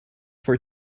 for